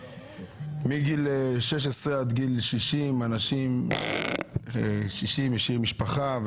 מגיל 16 עד גיל 60. בן ה-60 השאיר משפחה,